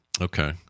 Okay